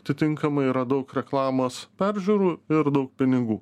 atitinkamai yra daug reklamos peržiūrų ir daug pinigų